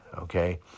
okay